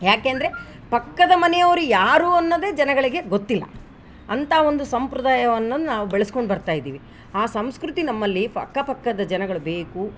ಯಾಕೆ ಅಂದರೆ ಪಕ್ಕದ ಮನೆಯವ್ರು ಯಾರು ಅನ್ನೋದೇ ಜನಗಳಿಗೆ ಗೊತ್ತಿಲ್ಲ ಅಂಥ ಒಂದು ಸಂಪ್ರದಾಯವನ್ನು ನಾವು ಬೆಳೆಸ್ಕೊಂಡು ಬರ್ತಾಯಿದೀವಿ ಆ ಸಂಸ್ಕೃತಿ ನಮ್ಮಲ್ಲಿ ಫ ಅಕ್ಕ ಪಕ್ಕದ ಜನಗಳು ಬೇಕು